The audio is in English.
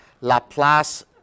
Laplace